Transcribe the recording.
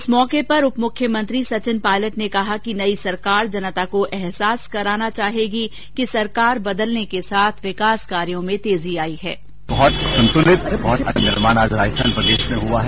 इस अवसर पर उप मुख्यमंत्री सचिन पायलट ने कहा कि नई सरकार जनता को अहसास कराना चाहेगी कि सरकार बदलने के साथ विकास कार्यों में तेजी आई है